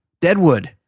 Deadwood